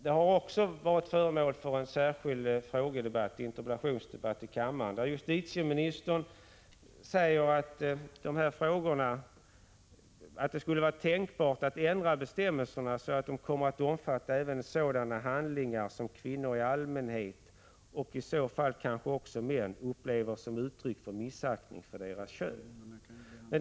Den har också varit föremål för en särskild interpellationsdebatt i kammaren, där justitieministern sade att det skulle vara tänkbart att ändra bestämmelserna så att de kommer att omfatta även sådana handlingar som kvinnor i allmänhet, och i så fall kanske även män, upplever som uttryck för missaktning av kvinnornas kön.